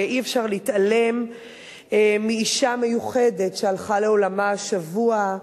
ואי-אפשר להתעלם מאשה מיוחדת שהלכה לעולמה השבוע,